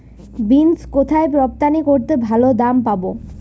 Beans কোথায় রপ্তানি করলে ভালো দাম পাব?